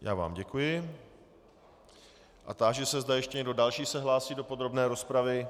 Já vám děkuji a táži se, zda ještě někdo další se hlásí do podrobné rozpravy.